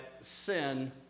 sin